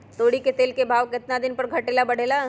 तोरी के तेल के भाव केतना दिन पर घटे ला बढ़े ला?